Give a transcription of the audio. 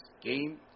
game